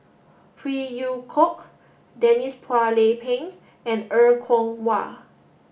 Phey Yew Kok Denise Phua Lay Peng and Er Kwong Wah